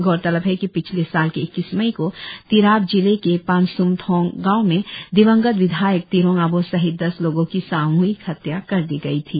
गौरतलब है कि पिछले साल के इक्कीस मई को तिराप जिले के पानसमथोंग गांव में दिवंगत विधायक तिरोंग आबोह सहित दस लोगों की सामुहिक हत्या कर दी गई थी